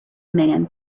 man